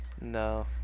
no